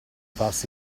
farsi